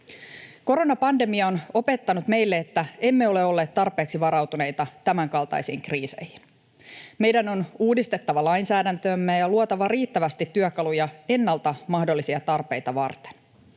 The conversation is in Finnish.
Koronapandemia on opettanut meille, että emme ole olleet tarpeeksi varautuneita tämänkaltaisiin kriiseihin. Meidän on uudistettava lainsäädäntöämme ja luotava riittävästi työkaluja ennalta mahdollisia tarpeita varten.